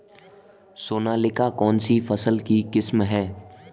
सोनालिका कौनसी फसल की किस्म है?